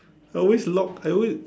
I always lock I always